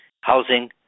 housing